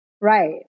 Right